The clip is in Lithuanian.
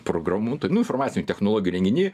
programuotojų nu informacinių technologių renginy